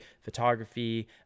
photography